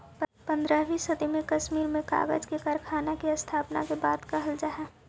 पँद्रहवीं सदी में कश्मीर में कागज के कारखाना के स्थापना के बात कहल जा हई